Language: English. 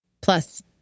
Plus